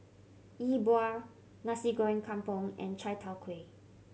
Yi Bua Nasi Goreng Kampung and chai tow kway